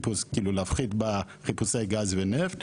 כאילו להפחית בחיפושי גז ונפט,